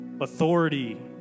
authority